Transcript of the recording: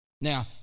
Now